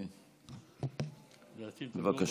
בבקשה.